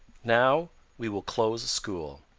now we will close school.